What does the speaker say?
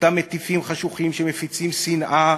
אותם מטיפים חשוכים שמפיצים שנאה